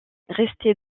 resté